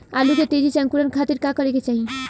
आलू के तेजी से अंकूरण खातीर का करे के चाही?